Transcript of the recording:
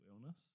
illness